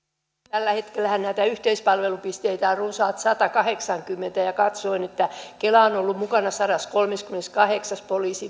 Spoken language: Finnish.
tällä hetkellähän näitä yhteispalvelupisteitä on runsaat satakahdeksankymmentä ja ja katsoin että kela on on ollut mukana sadassakolmessakymmenessäkahdeksassa poliisi